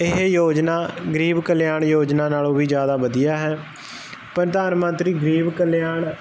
ਇਹ ਯੋਜਨਾ ਗਰੀਬ ਕਲਿਆਣ ਯੋਜਨਾ ਨਾਲੋਂ ਵੀ ਜ਼ਿਆਦਾ ਵਧੀਆ ਹੈ ਪ੍ਰਧਾਨ ਮੰਤਰੀ ਗਰੀਬ ਕਲਿਆਣ